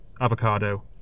avocado